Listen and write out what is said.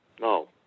No